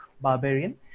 barbarian